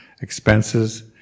expenses